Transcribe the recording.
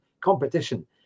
competition